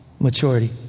maturity